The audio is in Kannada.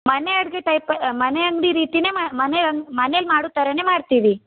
ಮನೆ ಅಡಿಗೆ ಟೈಪ್ ಮನೆ ಅಂಗಡಿ ರೀತಿಯೇ ಮಾಡಿ ಮನೆ ಮನೇಲಿ ಮಾಡೋ ಥರವೇ ಮಾಡ್ತೀವಿ